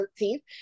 13th